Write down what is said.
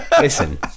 Listen